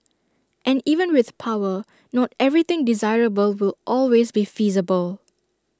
and even with power not everything desirable will always be feasible